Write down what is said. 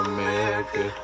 America